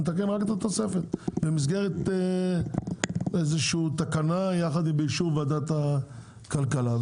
נתקן רק את התוספת במסגרת איזושהי תקנה באישור ועדת הכלכלה.